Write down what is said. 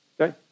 Okay